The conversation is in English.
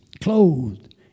clothed